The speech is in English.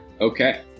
Okay